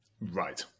Right